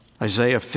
Isaiah